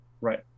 right